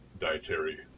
dietary